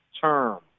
term